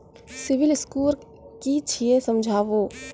Civil score कि छियै समझाऊ?